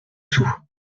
saoul